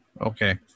Okay